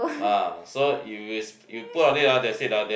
ah so you is you put on it that's it hor then